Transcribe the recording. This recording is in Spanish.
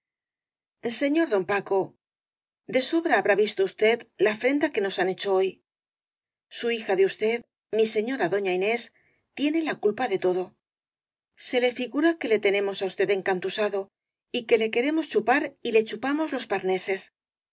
señor don paco de sobra liabiá visto usted la afrenta que nos han hecho hoy su hija de us ted mi señora doña inés tiene la culpa de todo se le figura que le tenemos á usted encantusado y que le queremos chupar y le chupamos los parneses